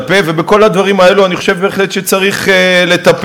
ובכל הדברים האלה אני חושב בהחלט שצריך לטפל.